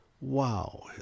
wow